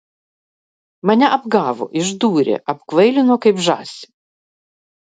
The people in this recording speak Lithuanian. mane apgavo išdūrė apkvailino kaip žąsį